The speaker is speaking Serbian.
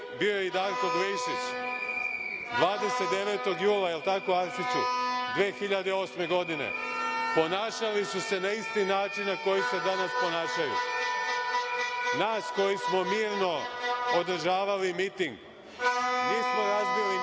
bio je i Darko Glišić, 29. jula, jel tako Arsiću, 2008. godine, ponašali su se na isti način na koji se danas ponašaju. Nas koji smo mirno održavali miting, nismo razbili nijedan